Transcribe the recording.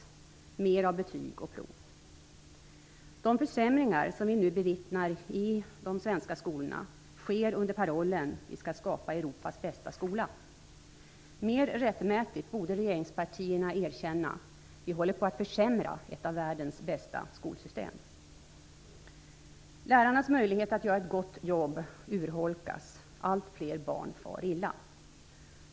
Det är mer av betyg och prov. De försämringar som vi nu bevittnar i de svenska skolorna sker under parollen: Vi skall skapa Europas bästa skola. Mer rättmätigt borde regeringspartierna erkänna: Vi håller på att försämra ett av världens bästa skolsystem. Lärarnas möjlighet att göra ett gott jobb urholkas. Allt fler barn far illa.